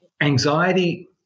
anxiety